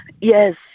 Yes